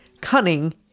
cunning